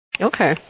Okay